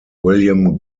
william